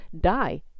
die